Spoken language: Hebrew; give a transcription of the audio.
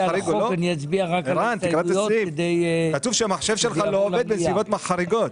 כתוב שהמחשב שלך לא עובד בנסיבות חריגות.